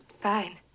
Fine